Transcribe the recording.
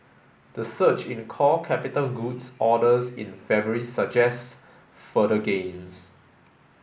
the surge in core capital goods orders in February suggests further gains